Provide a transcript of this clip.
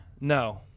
no